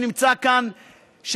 שנמצא כאן,